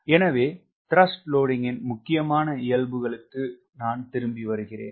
எனவே TW ன் முக்கியமான இயல்புகள்கு நான் திரும்பி வருகிறேன்